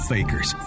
Fakers